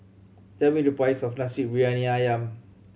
tell me the price of Nasi Briyani Ayam